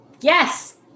Yes